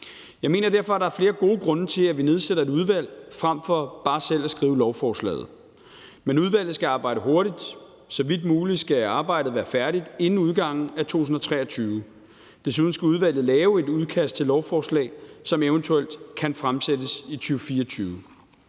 Jeg mener derfor, der er flere gode grunde til, at vi nedsætter et udvalg frem for bare selv at skrive lovforslaget, men udvalget skal arbejde hurtigt, og så vidt muligt skal arbejdet være færdigt inden udgangen af 2023. Desuden skal udvalget lave et udkast til lovforslag, som eventuelt kan fremsættes i 2024.